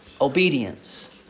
Obedience